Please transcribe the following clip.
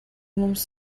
mums